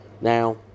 Now